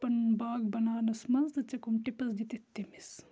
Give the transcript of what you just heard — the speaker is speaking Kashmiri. پَنُن باغ بَناونَس منٛز تہٕ ژےٚ کَم ٹِپٕس دِتِتھ تٔمِس